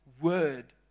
word